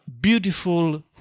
beautiful